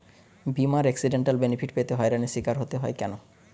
বিমার accidental benefit পেতে হয়রানির স্বীকার হতে হয় কেন?